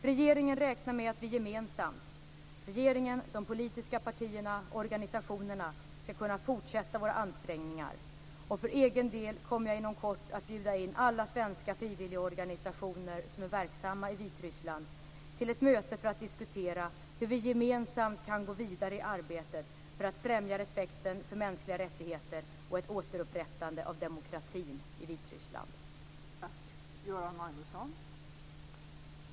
Regeringen räknar med att vi gemensamt - regeringen, de politiska partierna och organisationerna - ska kunna fortsätta våra ansträngningar. För egen del kommer jag inom kort att bjuda in alla svenska frivilligorganisationer som är verksamma i Vitryssland till ett möte för att diskutera hur vi gemensamt kan gå vidare i arbetet för att främja respekten för mänskliga rättigheter och ett återupprättande av demokratin i